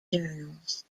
journals